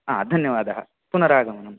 आ धन्यवादः पुनरागमनम्